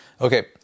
Okay